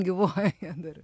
gyvuoja dar